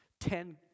Ten